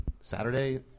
Saturday